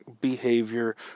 behavior